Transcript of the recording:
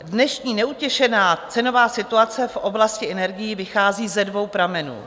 Dnešní neutěšená cenová situace v oblasti energií vychází ze dvou pramenů.